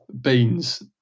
beans